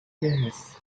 yes